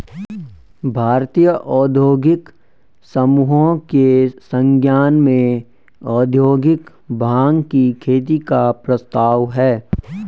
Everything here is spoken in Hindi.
भारतीय औद्योगिक समूहों के संज्ञान में औद्योगिक भाँग की खेती का प्रस्ताव है